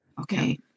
Okay